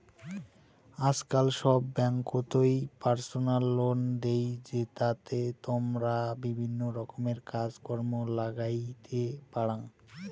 আজকাল সব ব্যাঙ্ককোতই পার্সোনাল লোন দেই, জেতাতে তমরা বিভিন্ন রকমের কাজ কর্ম লাগাইতে পারাং